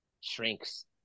Shrinks